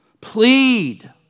Plead